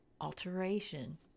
alteration